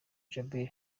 djabel